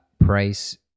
price